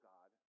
God